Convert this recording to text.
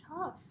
tough